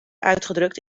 uitgedrukt